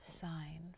sign